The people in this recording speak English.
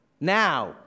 now